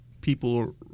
people